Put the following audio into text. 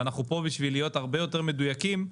ופה כדי להיות הרבה יותר מדויקים,